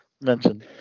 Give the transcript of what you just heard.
mention